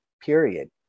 period